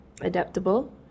adaptable